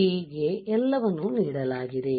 SOP ಗೆ ಎಲ್ಲವನ್ನೂ ನೀಡಲಾಗಿದೆ